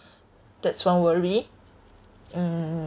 that's one worry mm